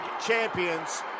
champions